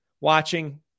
watching